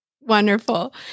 wonderful